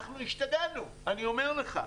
אנחנו השתגענו, אני אומר לך.